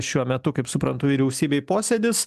šiuo metu kaip suprantu vyriausybėj posėdis